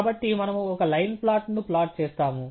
కాబట్టి మనము ఒక లైన్ ప్లాట్ను ప్లాట్ చేస్తాము